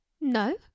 no